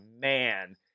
man